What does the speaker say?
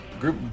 group